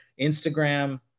Instagram